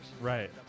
Right